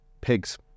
Pigs